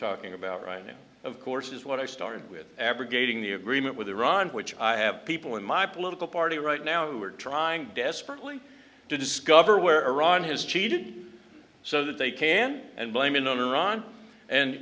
talking about right now of course is what i started with abrogating the agreement with iran which i have people in my political party right now who are trying desperately to discover where iran has cheated so that they can and blame it on iran and